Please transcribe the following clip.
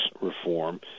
reform